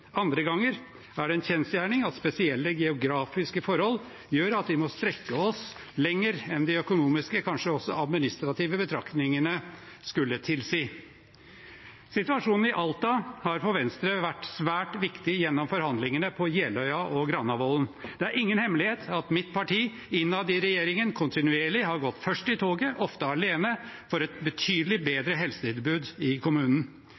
Andre ganger er det en kjensgjerning at spesielle geografiske forhold gjør at vi må strekke oss lenger enn de økonomiske – kanskje også administrative – betraktningene skulle tilsi. Situasjonen i Alta har for Venstre vært svært viktig gjennom forhandlingene på Jeløya og Granavolden. Det er ingen hemmelighet at mitt parti innad i regjeringen kontinuerlig har gått først i toget, ofte alene, for et betydelig bedre helsetilbud i kommunen.